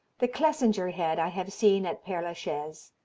the clesinger head i have seen at pere la chaise.